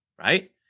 right